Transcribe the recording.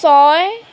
ছয়